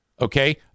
okay